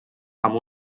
amb